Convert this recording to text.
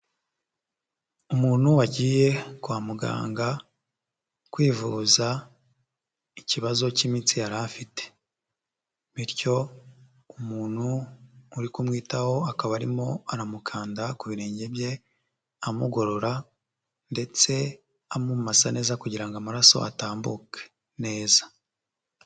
Umuntu wagiye kwa muganga kwivuza ikibazo k'imitsi yari afite bityo umuntu muri kumwitaho akaba arimo aramukanda ku birenge bye, amugorora ndetse amumasa neza kugira ngo amaraso atambuke neza.